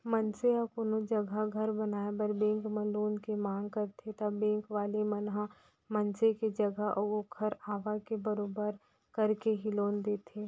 मनसे ह कोनो जघा घर बनाए बर बेंक म लोन के मांग करथे ता बेंक वाले मन ह मनसे के जगा अऊ ओखर आवक के बरोबर करके ही लोन देथे